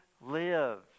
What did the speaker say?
live